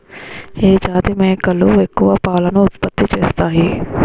ఏ జాతి మేకలు ఎక్కువ పాలను ఉత్పత్తి చేస్తాయి?